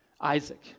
Isaac